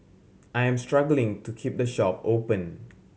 I am struggling to keep the shop open